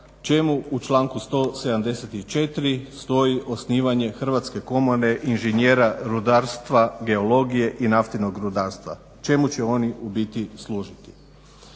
čemu u članku 174. Stoji osnivanje Hrvatske komore inženjera, rudarstva, geologije i naftnog rudarstva. Čemu će oni u biti služiti.